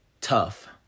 tough